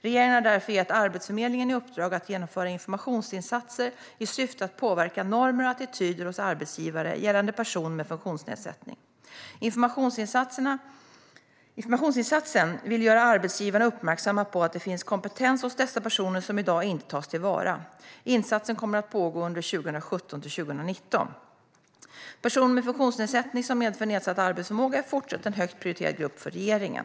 Regeringen har därför gett Arbetsförmedlingen i uppdrag att genomföra informationsinsatser i syfte att påverka normer och attityder hos arbetsgivare gällande personer med funktionsnedsättning. Avsikten med informationsinsatsen är att göra arbetsgivarna uppmärksamma på att det finns kompetens hos dessa personer som inte tas till vara i dag. Insatsen kommer att pågå 2017-2019. Personer med funktionsnedsättning som medför nedsatt arbetsförmåga fortsätter att vara en högt prioriterad grupp för regeringen.